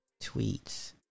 tweets